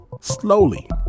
slowly